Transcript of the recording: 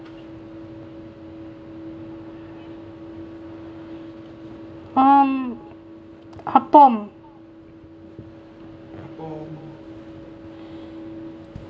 um appam